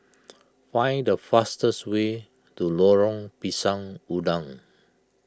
find the fastest way to Lorong Pisang Udang